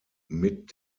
mit